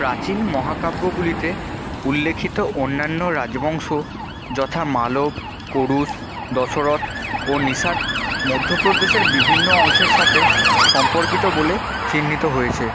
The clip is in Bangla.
প্রাচীন মহাকাব্যগুলিতে উল্লিখিত অন্যান্য রাজবংশ যথা মালব করুশ দশরথ ও নিষাদ মধ্যপ্রদেশের বিভিন্ন অংশের সাথে সম্পর্কিত বলে চিহ্নিত হয়েছে